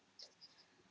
um okay